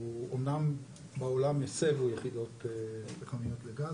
אמנם בעולם הסבו יחידות פחמיות לגז,